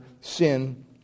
sin